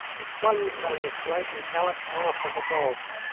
he plunged down the slope and galloped after the dogs.